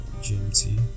gmt